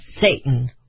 Satan